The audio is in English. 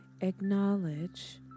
acknowledge